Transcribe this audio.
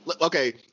okay